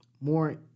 more